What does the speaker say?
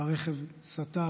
הרכב סטה,